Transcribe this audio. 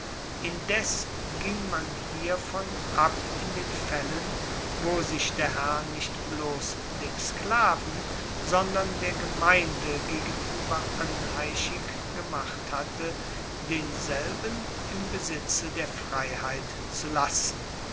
indes ging man hiervon ab in den faellen wo sich der herr nicht bloss dem sklaven sondern der gemeinde gegenueber anheischig gemacht hatte denselben im besitze der freiheit zu lassen